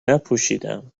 نپوشیدم